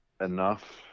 Enough